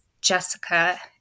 Jessica